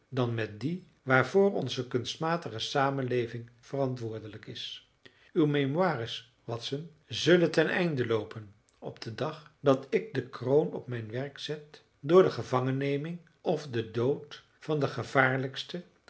dan met die waarvoor onze kunstmatige samenleving verantwoordelijk is uw mémoires watson zullen ten einde loopen op den dag dat ik de kroon op mijn werk zet door de gevangenneming of den dood van den gevaarlijksten